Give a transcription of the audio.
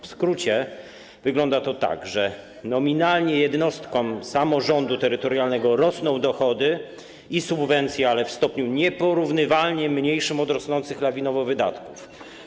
W skrócie wygląda to tak, że nominalnie jednostkom samorządu terytorialnego rosną dochody i subwencje, ale w stopniu nieporównywalnie mniejszym od rosnących lawinowo wydatków.